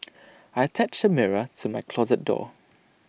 I attached A mirror to my closet door